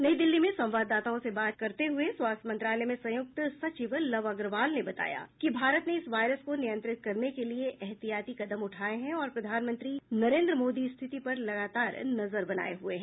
नई दिल्ली में संवाददाताओं से बात करते हुए स्वास्थ्य मंत्रालय में संयुक्त सचिव लव अग्रवाल ने बताया कि भारत ने इस वायरस को नियंत्रित करने के लिए ऐहतियाती कदम उठाए हैं और प्रधानमंत्री नरेंद्र मोदी स्थिति पर लगातार नजर बनाए हुए हैं